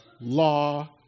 Law